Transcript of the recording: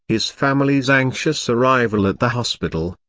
his family's anxious arrival at the hospital,